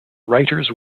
writers